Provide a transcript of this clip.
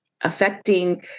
affecting